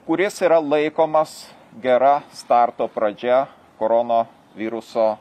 kuris yra laikomas gera starto pradžia korono viruso